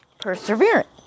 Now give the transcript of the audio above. perseverance